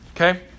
okay